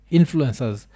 influencers